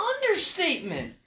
understatement